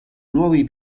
nuovi